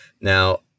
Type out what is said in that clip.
Now